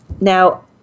Now